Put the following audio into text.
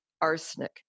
arsenic